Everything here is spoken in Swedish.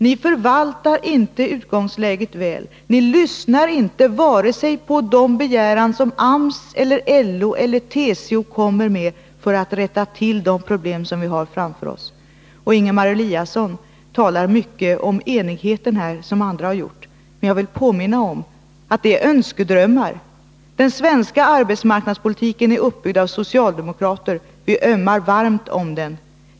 Ni förvaltar inte utgångsläget väl, ni lyssnar inte på de krav som AMS, LO och TCO kommer med för att vi skall kunna rätta till de problem som vi har framför oss. Ingemar Eliasson talar, liksom andra, mycket om enigheten. Men jag vill påminna om att det är önskedrömmar. Den svenska arbetsmarknadspolitiken är uppbyggd av socialdemokrater. Vi ömmar varmt för den.